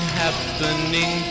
happening